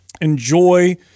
enjoy